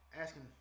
asking